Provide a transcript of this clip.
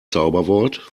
zauberwort